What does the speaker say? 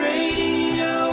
Radio